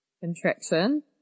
contraction